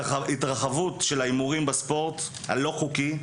התרחבות ההימורים בספורט הלא חוקי - ה"בטים",